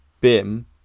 BIM